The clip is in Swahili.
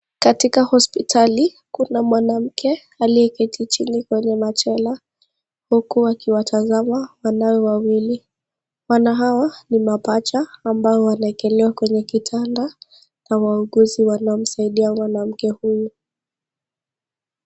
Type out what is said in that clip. Katika hospitali, kuna mwanamke, aliyeketi chini kwenye machera, huku akiwatazama wanawe wawili, wana hawa ni mapacha ambao wame ekelewa kwenye kitanda, na wauguzi wanamsaidia mama huyu.